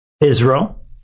Israel